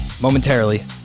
momentarily